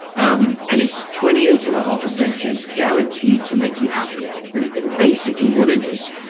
um and it's twenty eight and a half adventures guaranteed to make you happier. and and basically, what it is,